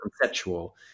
conceptual